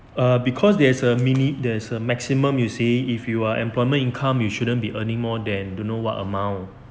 err because there's a mini~ there's a maximum you see if you are employment income you shouldn't be earning more than don't know what amount